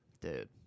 Dude